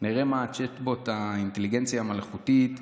נראה מה הצ'אט בוט, האינטליגנציה המלאכותית,